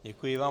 Děkuji vám.